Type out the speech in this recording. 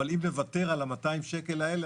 אבל אם נוותר על 200 השקלים האלו,